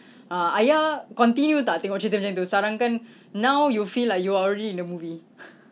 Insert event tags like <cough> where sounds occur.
<breath> ah ayah continue tak tengok cerita macam itu sekarang kan now you feel like you're already in the movie <laughs>